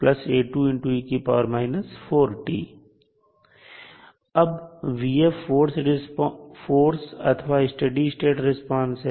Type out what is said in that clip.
अब फोर्स अथवा steady state response है